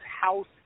house